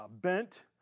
bent